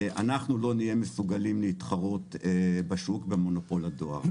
אנחנו לא נהיה מסוגלים להתחרות בשוק במונופול הדואר.